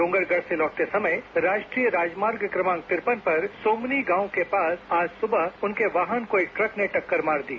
डोंगरगढ़ से लौटते समय राष्ट्रीय राजमार्ग क्रमांक तिरपन पर सोमनी गांव के पास आज सुबह उनके वाहन को एक ट्रक ने टक्कर मार दी